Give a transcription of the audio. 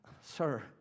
sir